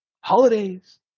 holidays